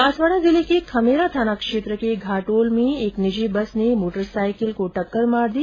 बांसवाड़ा जिले के खमेरा थाना क्षेत्र के घाटोल में एक निजी बस ने बाइक को टक्कर मार दी